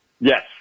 Yes